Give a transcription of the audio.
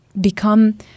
become